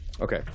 Okay